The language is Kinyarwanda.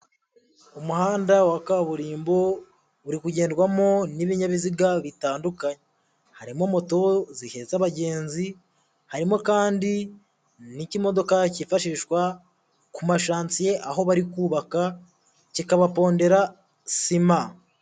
Umuhanda wa kaburimbo uri kugendwamo n'ibinyabiziga bitandukanye, harimo moto zihetse abagenzi, harimo kandi n'ikimodoka cyifashishwa ku mashansiye aho bari kubaka, kikabapondera sima.